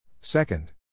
Second